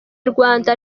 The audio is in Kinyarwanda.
rwanda